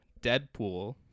Deadpool